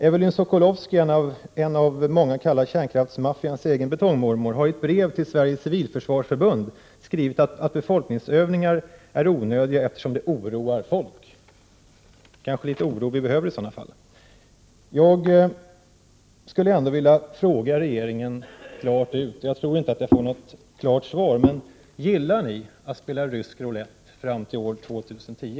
Evelyn Sokolowski, av många kallad kärnkraftsmaffians egen betongmormor, har i ett brev till Sveriges civilförsvarsförbund skrivit att befolkningsövningar är onödiga, eftersom de oroar folk. Det är kanske litet oro vi behöver! Jag skulle ändå vilja ställa en direkt fråga till regeringen, även om jag inte tror att jag får något klart svar: Gillar ni att spela rysk roulett fram till år 2010?